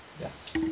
Yes